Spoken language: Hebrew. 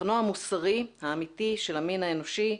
מבחנו המוסרי האמיתי של המין האנושי,